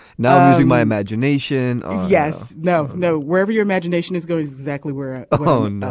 not using my imagination. yes. no no. wherever your imagination is going. exactly where. oh.